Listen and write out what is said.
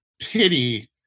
pity